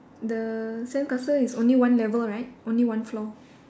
the sandcastle is only one level right only one floor